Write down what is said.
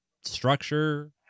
structure